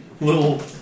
Little